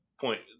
point